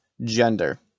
gender